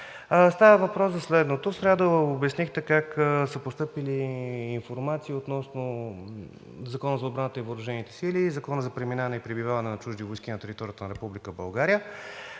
Става въпрос за следното: в сряда обяснихте как са постъпили информации относно Закона за отбраната и въоръжените сили и Закона за преминаване и пребиваване на чужди войски на територията на Република България.